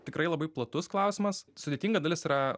tikrai labai platus klausimas sudėtinga dalis yra